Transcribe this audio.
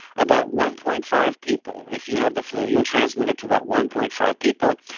about one point five people, if you have the flu, you'll transmit it to about one point five people.